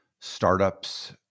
startups